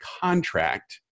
contract